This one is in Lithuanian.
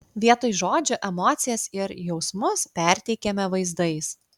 vietoj žodžių emocijas ir jausmus perteikiame vaizdais